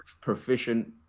proficient